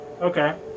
Okay